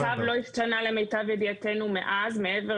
המצב לא השתנה למיטב ידיעתנו מאז, מעבר